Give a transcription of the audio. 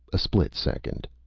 a split second.